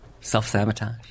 Self-sabotage